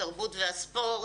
התרבות והספורט,